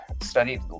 studied